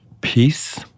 peace